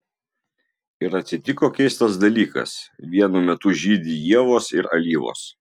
ir atsitiko keistas dalykas vienu metu žydi ievos ir alyvos